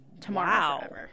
tomorrow